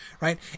right